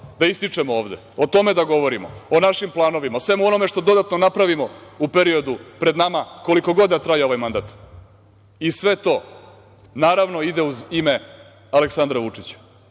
da ističemo ovde, o tome da govorimo, o našim planovima, o svemu onome što dodatno napravimo u periodu pred nama koliko god da traje ovaj mandat i sve to naravno ide uz ime Aleksandra Vučića. To